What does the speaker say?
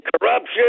corruption